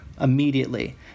immediately